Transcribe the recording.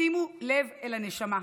שימו לב אל הנשמה.